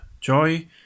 joy